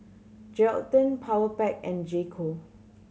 Geraldton Powerpac and J Co